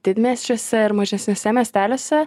didmiesčiuose ir mažesniuose miesteliuose